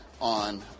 on